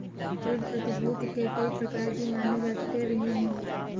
ऋण प्रतिभूती के कई प्रकार भी माने जाते रहे हैं